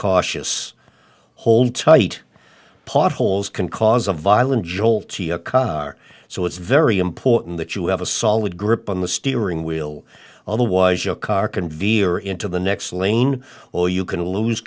cautious hold tight potholes can cause a violent jolty a car so it's very important that you have a solid grip on the steering wheel otherwise your car can veer into the next lane or you can lose